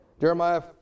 Jeremiah